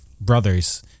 brothers